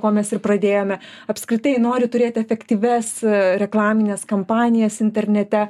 ko mes ir pradėjome apskritai nori turėti efektyvias reklamines kampanijas internete